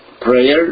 prayer